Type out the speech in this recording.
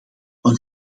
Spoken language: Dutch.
een